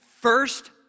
first